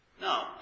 No